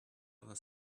other